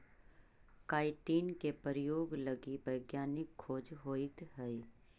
chitin के प्रयोग लगी वैज्ञानिक खोज होइत हई